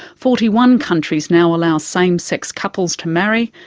forty one countries now allow same-sex couples to marry,